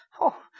Oh